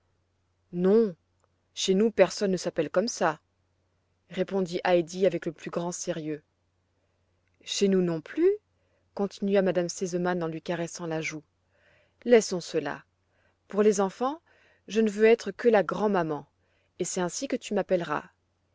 non chez nous personne ne s'appelle comme ça répondit heidi avec le plus grand sérieux chez nous non plus continua m me sesemann en lui caressant la joue laissons cela pour les enfants je ne veux être que la grand'maman et c'est ainsi que tu m'appelleras